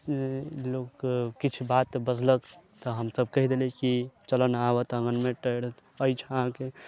लोक किछु बात बजलक तऽ हमसब कैह देलियै कि चलऽ ने आबय तऽ आँगनमे टेढ अछि अहाँके